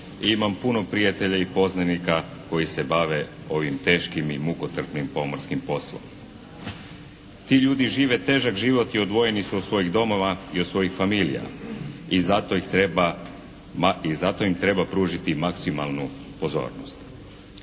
i imam puno prijatelja i poznanika kojim se bave ovim teškim i mukotrpnim pomorskim poslom. Ti ljudi žive težak život i odvojeni su od svojih domova i od svojih familija i zato ih treba, i zato im treba pružiti maksimalnu pozornost.